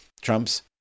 Trump's